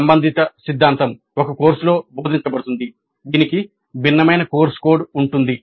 సంబంధిత సిద్ధాంతం ఒక కోర్సులో బోధించబడుతుంది దీనికి భిన్నమైన కోర్సు కోడ్ ఉంటుంది